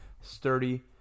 sturdy